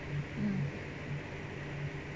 mm